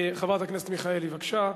חברת הכנסת מיכאלי, בבקשה.